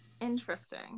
Interesting